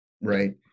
right